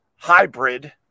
hybrid